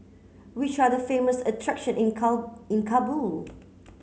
which are the famous attraction in Kabul